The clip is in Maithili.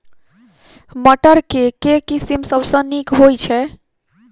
मटर केँ के किसिम सबसँ नीक होइ छै?